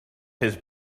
his